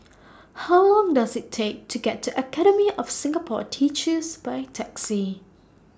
How Long Does IT Take to get to Academy of Singapore Teachers By Taxi